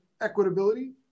equitability